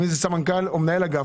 סמנכ"ל או מנהל אגף,